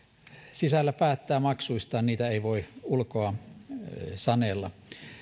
sisällä päättävät maksuistaan niitä ei voi ulkoa sanella